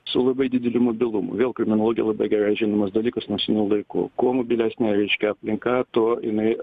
su labai dideliu mobilumu vėlgi kriminologijoj labai gerai žinomas dalykas nuo senų laikų kuo mobilesnė reiškia aplinka tuo jinai